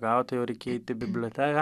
gaut tai jau reikia eit į biblioteką